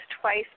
twice